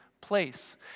place